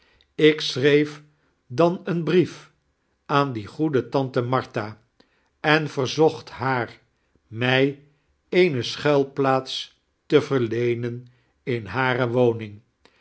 ik sehireef dan eein brief aan die goedie tante martha en vexzocht haar mij eene schudlplaats te verleenen in hare wonding